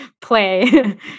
play